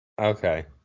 Okay